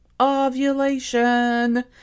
ovulation